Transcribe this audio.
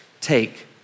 take